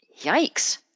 Yikes